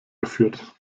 geführt